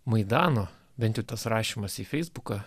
maidano bent jau tas rašymas į feisbuką